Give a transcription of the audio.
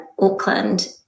Auckland